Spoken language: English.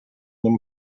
them